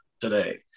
today